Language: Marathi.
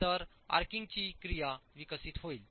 तर आर्चींगची क्रिया विकसित होईल